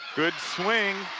good swing.